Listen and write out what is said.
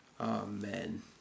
amen